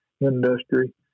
industry